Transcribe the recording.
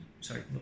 sorry